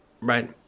Right